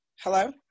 hello